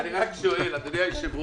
--- אני רק שואל, אדוני היושב-ראש,